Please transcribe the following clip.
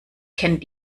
kennt